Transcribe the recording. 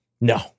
No